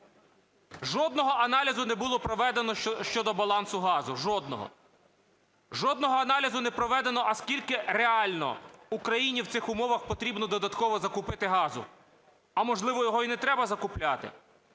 Жодного аналізу не було проведено щодо балансу газу, жодного. Жодного аналізу не проведено, а скільки реально Україні в цих умовах потрібно додатково закупити газу. А, можливо, його і не треба закупляти?